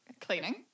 Cleaning